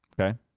Okay